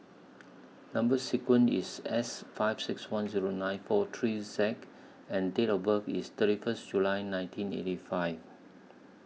Number sequence IS S five six one Zero nine four three Z and Date of birth IS thirty First July nineteen eighty five